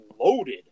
loaded